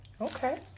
Okay